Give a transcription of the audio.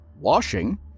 washing